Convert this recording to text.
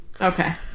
Okay